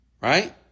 Right